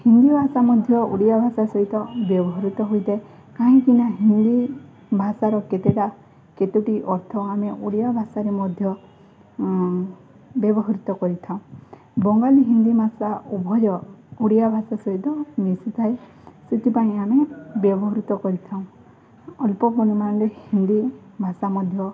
ହିନ୍ଦୀ ଭାଷା ମଧ୍ୟ ଓଡ଼ିଆ ଭାଷା ସହିତ ବ୍ୟବହୃତ ହୋଇଥାଏ କାହିଁକିନା ହିନ୍ଦୀ ଭାଷାର କେତେଟା କେତୋଟି ଅର୍ଥ ଆମେ ଓଡ଼ିଆ ଭାଷାରେ ମଧ୍ୟ ବ୍ୟବହୃତ କରିଥାଉ ବଙ୍ଗାଳୀ ହିନ୍ଦୀ ଭାଷା ଉଭୟ ଓଡ଼ିଆ ଭାଷା ସହିତ ମିଶିଥାଏ ସେଥିପାଇଁ ଆମେ ବ୍ୟବହୃତ କରିଥାଉ ଅଳ୍ପ ପରିମାଣରେ ହିନ୍ଦୀ ଭାଷା ମଧ୍ୟ